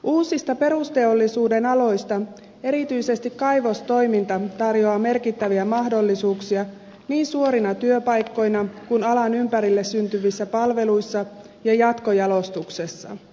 uusista perusteollisuuden aloista erityisesti kaivostoiminta tarjoaa merkittäviä mahdollisuuksia niin suorina työpaikkoina kuin myös alan ympärille syntyvissä palveluissa ja jatkojalostuksessa